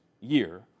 year